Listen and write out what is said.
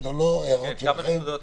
כן, כמה נקודות